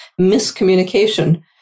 miscommunication